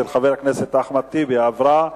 של חבר הכנסת טלב אלסאנע,